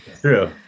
true